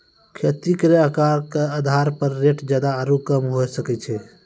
खेती केरो आकर क आधार पर रेट जादा आरु कम हुऐ सकै छै